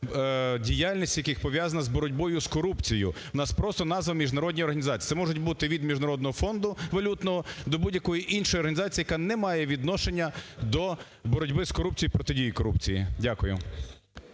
діяльність яких пов'язана з боротьбою з корупцією. В нас просто назва "міжнародні організації". Це можуть бути від міжнародного фонду валютного до будь-якої іншої організації, яка не має відношення до боротьби з корупцією і протидії корупції. Дякую.